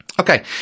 Okay